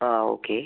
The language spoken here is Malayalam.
ആ ഓക്കേ